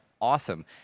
awesome